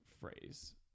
phrase